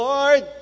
Lord